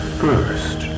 first